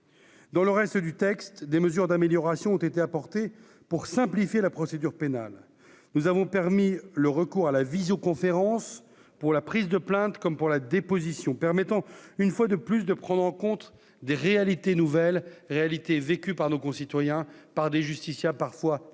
dans le reste du texte, des mesures d'améliorations ont été apportées pour simplifier la procédure pénale, nous avons permis le recours à la visioconférence pour la prise de plainte, comme pour la déposition permettant une fois de plus, de prendre en compte des réalités nouvelles réalités vécues par nos concitoyens par des justiciables, parfois très